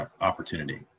opportunity